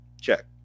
Check